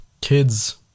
kids